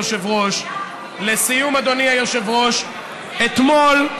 אדוני היושב-ראש, לסיום, אדוני היושב-ראש, אתמול,